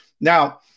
Now